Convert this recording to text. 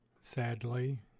Sadly